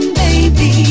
baby